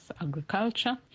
agriculture